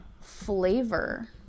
flavor